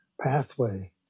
pathway